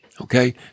Okay